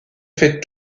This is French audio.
fait